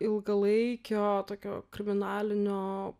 ilgalaikio tokio kriminalinio